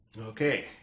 Okay